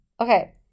Okay